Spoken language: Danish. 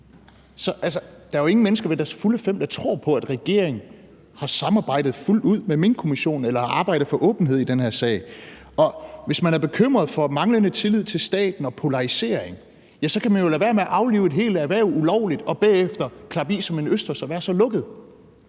der er jo ingen mennesker ved deres fulde fem, der tror på, at regeringen har samarbejdet fuldt ud med Minkkommissionen eller har arbejdet for åbenhed i den her sag. Og hvis man er bekymret for manglende tillid til staten og polarisering, ja, så kan man jo lade være med at aflive et helt erhverv ulovligt og bagefter klappe i som en østers og være så lukket.